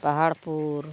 Baharpur